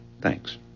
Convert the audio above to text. Thanks